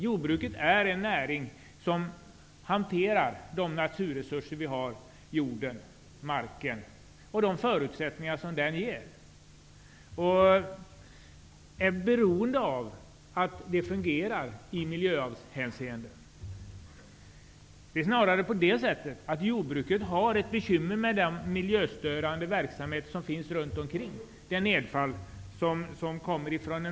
Jordbruket är en näring som hanterar våra naturresurser i form av jord och mark och de förutsättningar som de ger, och det är beroende av att det fungerar i miljöhänseende. Jordbruket har bekymmer med de olika miljöstörande verksamheter som bedrivs runt omkring oss och med det nedfall som de leder till.